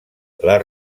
les